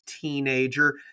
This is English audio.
teenager